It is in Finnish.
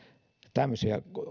tämmöisiä